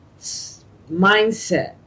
mindset